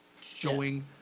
Showing